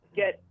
get